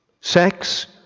sex